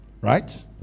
Right